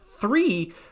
three